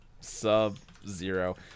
Sub-zero